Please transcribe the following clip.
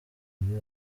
uburyo